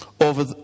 over